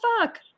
fuck